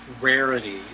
rarity